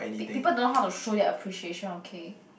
peo~ people don't know how to show their appreciation okay